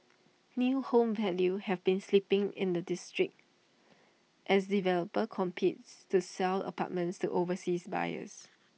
new home values have been slipping in the district as developers competes to sell apartments to overseas buyers